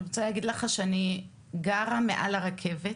אני רוצה להגיד לך שאני גרה מעל הרכבת,